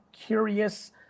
curious